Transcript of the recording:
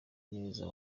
neza